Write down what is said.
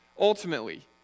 ultimately